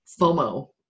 FOMO